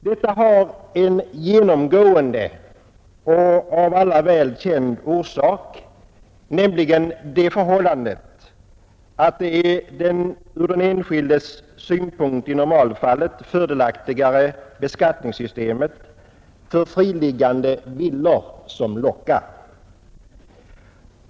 Detta har en genomgående och av alla väl känd orsak, nämligen den att det från den enskildes synpunkt i normalfallet är det fördelaktigare beskattningssystemet för friliggande villor som lockar.